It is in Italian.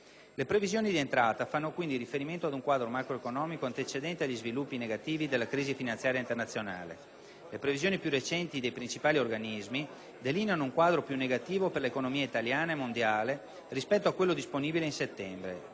Le previsioni di entrata fanno, quindi, riferimento ad un quadro macroeconomico antecedente agli sviluppi negativi della crisi finanziaria internazionale. Le previsioni più recenti dei principali organismi delineano un quadro più negativo per l'economia italiana e mondiale rispetto a quello disponibile in settembre.